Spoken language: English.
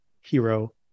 hero